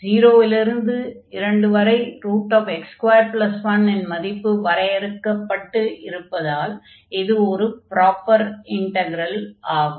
0 இல் இருந்து 2 வரை x21 இன் மதிப்பு வரையறுக்கப்பட்டு இருப்பதால் இது ஒரு ப்ராப்பர் இன்டக்ரல் ஆகும்